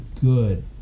good